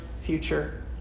future